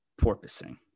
porpoising